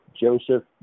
Joseph